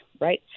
Right